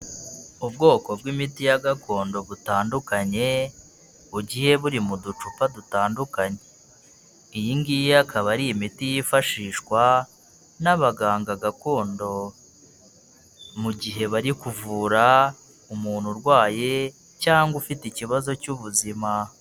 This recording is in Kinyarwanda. Ubwoko bw'imiti ya gakondo butandukanye, bugiye buri mu ducupa dutandukanye, iyi ngiyi akaba ari imiti yifashishwa n'abaganga gakondo mu gihe bari kuvura umuntu urwaye cyangwa ufite ikibazo cy'ubuzima.